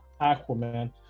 Aquaman